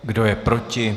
Kdo je proti?